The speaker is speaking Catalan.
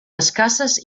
escasses